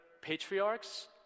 patriarchs